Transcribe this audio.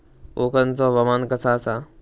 कोकनचो हवामान कसा आसा?